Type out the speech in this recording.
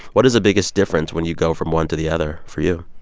what is the biggest difference when you go from one to the other, for you?